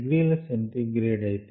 అయితే thermophilic అని అంటారు